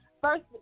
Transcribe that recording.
first